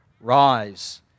rise